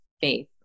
faith